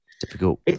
Difficult